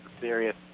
serious